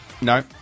No